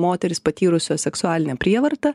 moterys patyrusios seksualinę prievartą